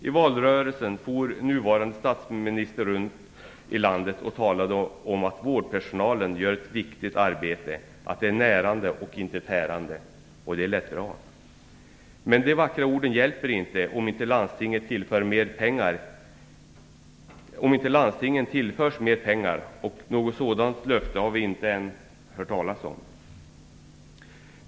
I valrörelsen for vår nuvarande statsminister runt i landet och talade om att vårdpersonalen gör ett viktigt arbete, att den är närande och inte tärande, och det lät bra. Men de vackra orden hjälper inte om inte landstingen tillförs mer pengar, och något löfte härom har vi inte fått.